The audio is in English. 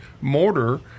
mortar